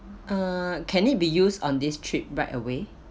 uh can it be used on this trip right away